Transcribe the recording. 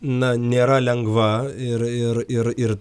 na nėra lengva ir ir ir ir